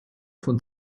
von